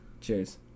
Cheers